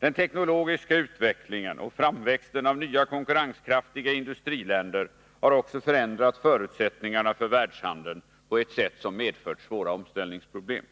Den teknologiska utvecklingen och framväxten av nya konkurrenskraftiga industriländer har också förändrat förutsättningarna för världshandeln på ett sätt som medfört svåra omställningsproblem.